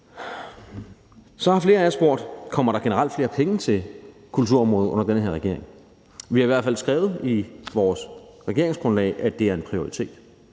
Så har flere af jer spurgt: Kommer der generelt flere penge til kulturområdet under den her regering? Vi har i hvert fald skrevet i vores regeringsgrundlag, at det er en prioritet.